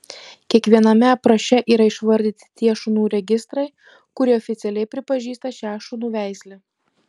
kiekviename apraše yra išvardyti tie šunų registrai kurie oficialiai pripažįsta šią šunų veislę